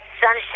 sunshine